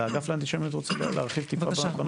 מנהל האגף לאנטישמיות רוצה להרחיב טיפה בנושא הזה?